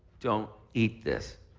don't eat this.